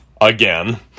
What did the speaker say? again